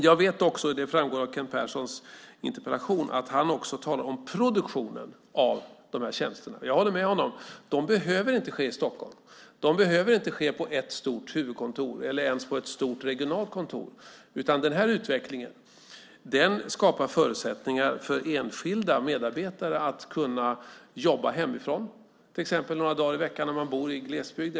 Av Kent Perssons interpellation framgår att han också talar om produktionen av dessa tjänster. Jag håller med honom. Den behöver inte ske i Stockholm eller på ett stort huvudkontor eller ens på ett stort regionalt kontor, utan denna utveckling skapar förutsättningar för enskilda medarbetare att kunna jobba hemifrån till exempel några dagar i veckan om man bor i glesbygd.